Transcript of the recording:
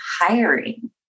hiring